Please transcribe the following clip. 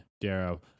Darrow